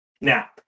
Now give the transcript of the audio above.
now